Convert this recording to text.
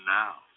now